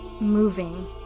moving